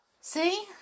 See